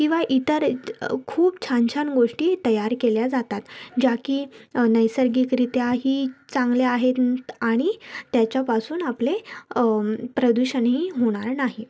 किंवा इतर खूप छान छान गोष्टी तयार केल्या जातात ज्या की नैसर्गिकरीत्याही चांगल्या आहेत आणि त्याच्यापासून आपले प्रदूषणही होणार नाही